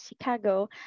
Chicago